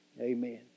Amen